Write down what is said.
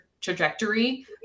trajectory